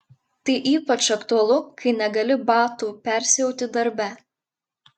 tai ypač aktualu kai negali batų persiauti darbe